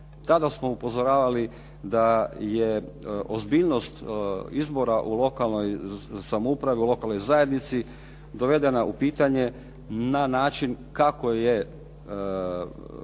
Tada smo upozoravali da je ozbiljnost izbora u lokalnoj samoupravi, u lokalnoj zajednici dovedena u pitanje na način kako se ti